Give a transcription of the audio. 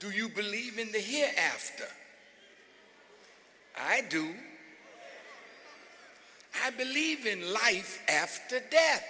do you believe in the here after i do i believe in life after death